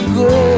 go